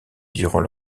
durant